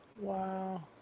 Wow